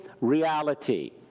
reality